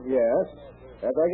yes